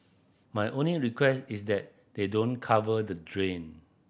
my only request is that they don't cover the drain